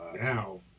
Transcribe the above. Now